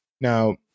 Now